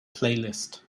playlist